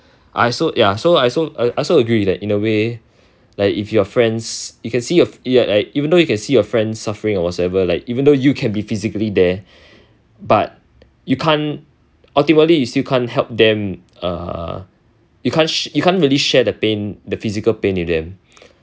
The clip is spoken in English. I also ya so I so I I also agree with that in a way like if your friends you can see your you're like even though you can see your friend suffering or whatsoever even though you can be physically there but you can't ultimately you still can't help them err you can't sh~ you can't really share the pain the physical pain with them